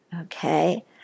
okay